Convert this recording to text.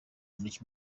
muri